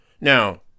Now